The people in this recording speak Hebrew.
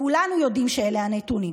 שזה נציב שירות המדינה,